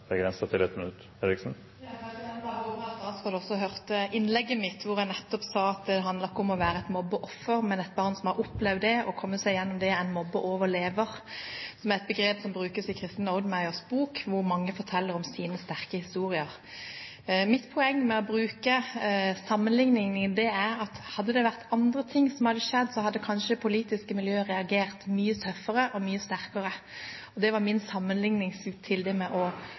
til 1 minutt. Jeg håper at statsråden også hørte innlegget mitt hvor jeg nettopp sa at det ikke handlet om å være mobbeoffer, men at et barn som har opplevd det og kommet seg gjennom det, er en mobbeoverlever, som er et begrep som brukes i Kristin Oudmayers bok, hvor mange forteller om sine sterke historier. Mitt poeng med å bruke sammenlikningen er at hadde det vært andre ting som hadde skjedd, hadde kanskje politiske miljøer reagert mye tøffere og mye sterkere. Det var min